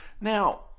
Now